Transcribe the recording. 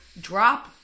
drop